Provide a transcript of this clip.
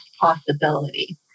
possibility